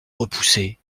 repoussé